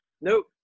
Nope